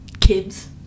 kids